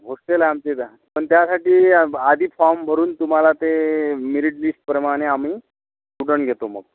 hostel आमचेच आहे पण त्यासाठी आधी फॉर्म भरून तुम्हाला ते मेरिट लिस्टप्रमाणे आम्ही स्टुडंट घेतो मग